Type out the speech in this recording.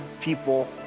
people